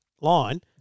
line